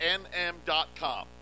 nm.com